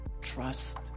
Trust